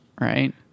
right